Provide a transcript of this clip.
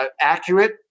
accurate